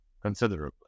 considerably